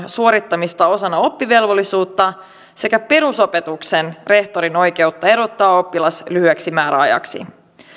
suorittamista osana oppivelvollisuutta sekä perusopetuksen rehtorin oikeutta erottaa oppilas lyhyeksi määräajaksi